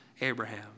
Abraham